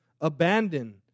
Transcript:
abandon